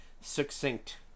succinct